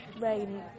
rain